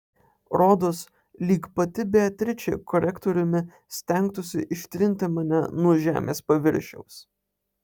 rodos lyg pati beatričė korektoriumi stengtųsi ištrinti mane nuo žemės paviršiaus